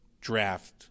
draft